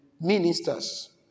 ministers